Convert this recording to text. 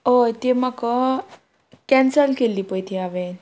हय ती म्हाका कॅन्सल केल्ली पय ती हांवेंन